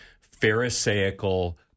pharisaical